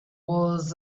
was